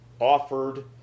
offered